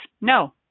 no